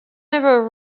never